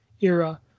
era